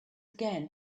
again